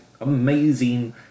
amazing